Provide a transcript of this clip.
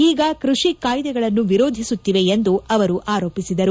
ಈಗ ಕೃಷಿ ಕಾಯ್ದೆಗಳನ್ನು ವಿರೋಧಿಸುತ್ತಿವೆ ಎಂದು ಅವರು ಆರೋಪಿಸಿದರು